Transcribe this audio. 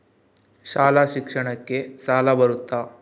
ಶಾಲಾ ಶಿಕ್ಷಣಕ್ಕ ಸಾಲ ಬರುತ್ತಾ?